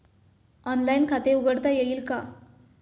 Online खाते उघडता येईल का?